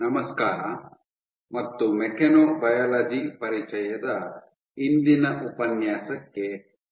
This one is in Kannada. ನಮಸ್ಕಾರ ಮತ್ತು ಮೆಕ್ಯಾನೊಬಯಾಲಜಿ ಪರಿಚಯದ ಇಂದಿನ ಉಪನ್ಯಾಸಕ್ಕೆ ಸ್ವಾಗತ